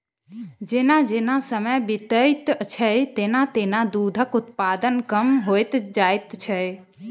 जेना जेना समय बीतैत छै, तेना तेना दूधक उत्पादन कम होइत जाइत छै